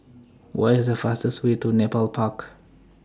What IS The fastest Way to Nepal Park